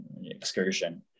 excursion